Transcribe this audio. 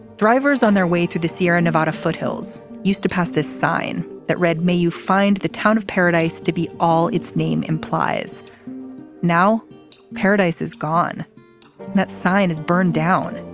drivers on their way through the sierra nevada foothills used to pass this sign that read may you find the town of paradise to be all its name implies now paradise is gone that sign is burned down. and